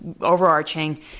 overarching